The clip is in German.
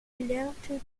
gelernte